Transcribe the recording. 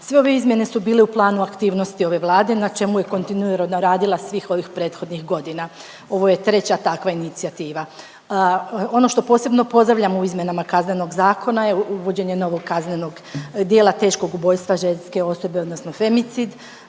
Sve ove izmjene su bile u planu aktivnosti ove Vlade na čemu je kontinuirano radila svih ovih prethodnih godina. Ovo je treća takva inicijativa. Ono što posebno pozdravljam u izmjenama Kaznenog zakona je uvođenje novog kaznenog djela teškog ubojstva ženske osobe odnosno femicid.